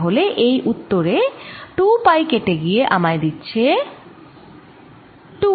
তাহলে এই উত্তর এ 2 পাই কেটে গিয়ে আমায় দিচ্ছে 2